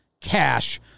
cash